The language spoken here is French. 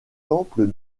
temple